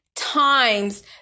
times